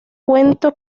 cuento